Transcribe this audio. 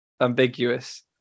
ambiguous